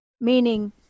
Meaning